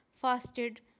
fasted